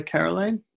Caroline